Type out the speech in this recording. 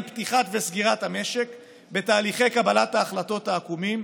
פתיחה וסגירה של המשק בתהליכי קבלת ההחלטות העקומים,